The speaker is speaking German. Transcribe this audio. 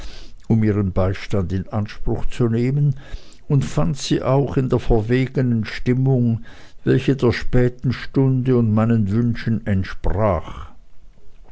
um ihren beistand in anspruch zu nehmen und fand sie auch in der verwegenen stimmung welche der späten stunde und meinen wünschen entsprach